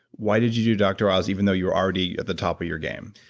why did you do dr. oz even though you were already at the top of your game?